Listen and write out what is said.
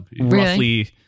roughly